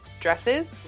dresses